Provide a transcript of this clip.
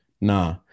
nah